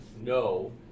no